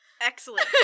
Excellent